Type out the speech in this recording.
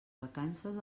vacances